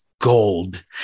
gold